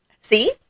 See